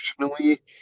emotionally